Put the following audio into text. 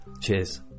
Cheers